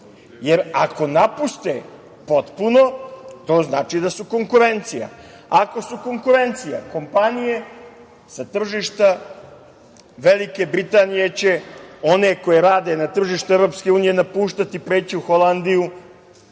jer ako napuste potpuno to znači da su konkurencija. Ako su konkurencija, kompanije sa tržišta Velike Britanije će, one koje rade na tržištu EU, napuštati, preći u Holandiju